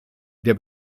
der